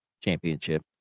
championship